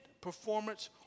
performance